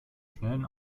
schnellen